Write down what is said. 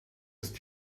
ist